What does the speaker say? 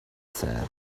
said